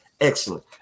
Excellent